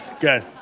good